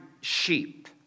sheep